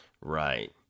Right